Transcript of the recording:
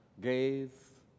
gays